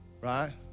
Right